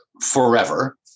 forever